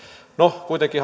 no kuitenkin